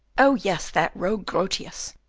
oh, yes, that rogue grotius,